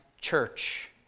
church